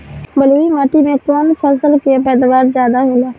बालुई माटी में कौन फसल के पैदावार ज्यादा होला?